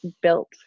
built